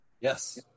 Yes